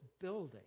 building